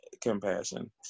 compassion